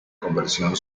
conversión